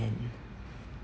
and it